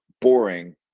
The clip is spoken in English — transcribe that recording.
boring